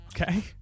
Okay